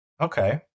Okay